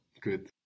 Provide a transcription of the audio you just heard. Good